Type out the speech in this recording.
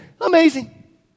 Amazing